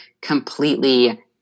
completely